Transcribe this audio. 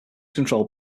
controlled